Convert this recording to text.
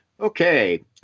Okay